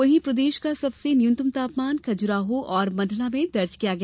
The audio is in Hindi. वहीं प्रदेश का सबसे न्यनतम तापमान खजुराहो और मंडला में दर्ज किया गया